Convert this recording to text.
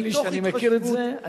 האמן לי שאני מכיר את זה,